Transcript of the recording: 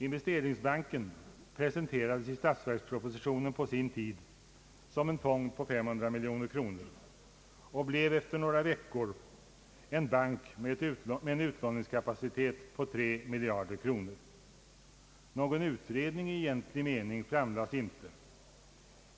Investeringsbanken presenterades i statsverkspropositionen på sin tid som en fond på 500 miljoner kronor och blev efter några veckor en bank med en utlåningskapacitet på 3 miljarder kronor. Någon utredning i egentlig mening framlades inte.